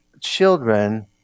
children